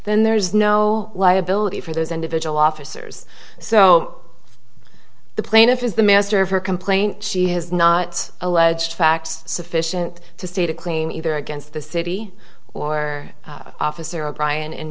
then there is no liability for those individual officers so the plaintiff is the master of her complaint she has not alleged facts sufficient to state a claim either against the city or officer o'brien in